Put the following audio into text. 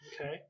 Okay